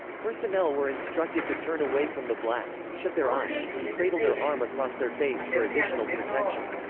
personnel were instructed to turn away from the blast, shut their eyes, and cradle their arm across their face for additional protection.